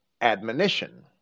admonition